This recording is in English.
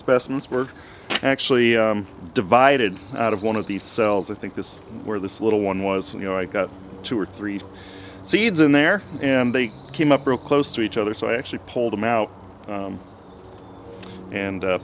specimens were actually divided out of one of these cells i think this is where this little one was and you know i got two or three seeds in there and they came up real close to each other so i actually pulled them out and